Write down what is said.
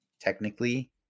Technically